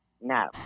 no